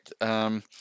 right